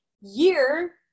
year